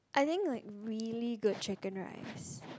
I think like really good Chicken Rice